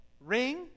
Ring